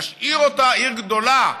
נשאיר אותה עיר גדולה,